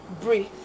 breathe